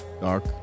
Dark